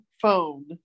phone